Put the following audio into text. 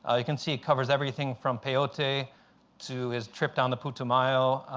ah you can see it covers everything from peyote to his trip down the putumayo,